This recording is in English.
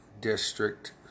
District